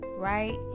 Right